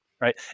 right